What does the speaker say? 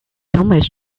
almost